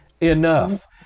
enough